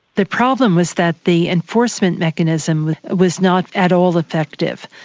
the problem was that the enforcement mechanism was not at all effective.